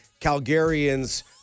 Calgarians